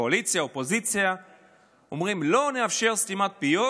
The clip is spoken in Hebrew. קואליציה, אופוזיציה, אומרים: לא נאפשר סתימת פיות,